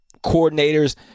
coordinators